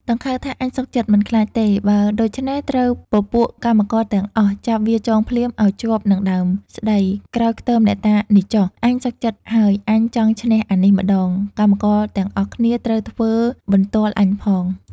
ដង្ខៅថា អញសុខចិត្ត មិនខ្លាចទេ បើដូច្នេះ ត្រូវពពួកកម្មករទាំងអស់ ចាប់វាចងភ្លាមឲ្យជាប់នឹងដើមស្តី ក្រោយខ្ទមអ្នកតានេះចុះ អញសុខចិត្តហើយ អញចង់ឈ្នះអានេះម្តង កម្មករទាំងអស់គ្នាត្រូវធ្វើបន្ទាល់អញផង។